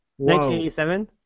1987